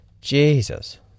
Jesus